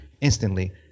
instantly